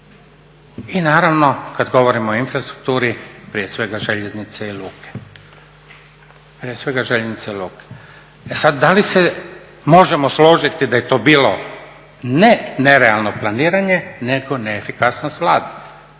I naravno kada govorimo o infrastrukturi prije svega željeznice i luke. Prije svega željeznice i luke. E sada da li se možemo složiti da je to bilo nenerealno planiranje nego neefikasnost Vlade.